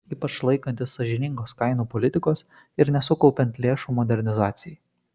ypač laikantis sąžiningos kainų politikos ir nesukaupiant lėšų modernizacijai